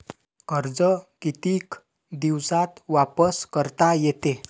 कर्ज कितीक दिवसात वापस करता येते?